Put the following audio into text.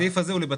אלה בתי